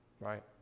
right